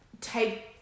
take